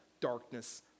darkness